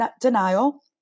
denial